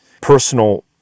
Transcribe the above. personal